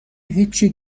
هیچی